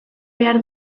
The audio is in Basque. behar